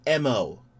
MO